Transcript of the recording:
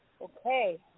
Okay